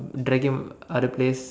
drag him other place